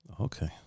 Okay